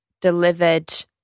delivered